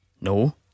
No